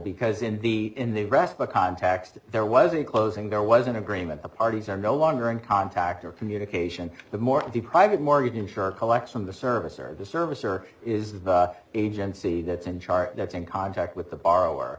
because in the in the rest of the contacts that there was a closing there was an agreement the parties are no longer in contact or communication the more the private mortgage insurance collects from the service or the service or is the agency that's in charge that's in contact with the b